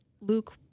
Luke